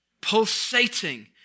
pulsating